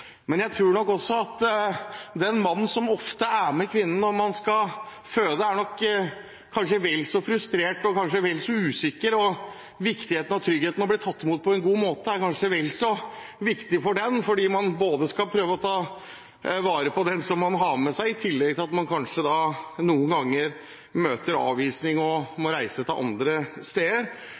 Men jeg tror også at mannen, som ofte er med kvinnen som skal føde, kanskje er vel så frustrert og usikker. Viktigheten av og tryggheten ved å bli tatt imot på en god måte er kanskje vel så stor for dem, fordi man skal prøve å ta vare på den man har med seg. I tillegg møter man kanskje avvisning og må reise andre steder.